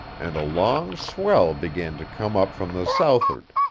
and a long swell began to come up from the south'ard.